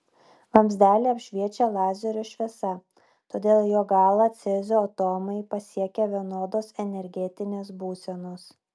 vamzdelį apšviečia lazerio šviesa todėl jo galą cezio atomai pasiekia vienodos energetinės būsenos